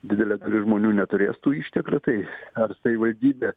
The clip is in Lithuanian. didelė dalis žmonių neturės tų išteklių tai ar savivaldybė